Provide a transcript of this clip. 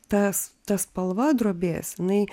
tas ta spalva drobės jinai